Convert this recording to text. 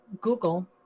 Google